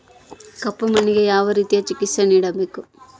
ಕಪ್ಪು ಮಣ್ಣಿಗೆ ಯಾವ ರೇತಿಯ ಚಿಕಿತ್ಸೆ ನೇಡಬೇಕು?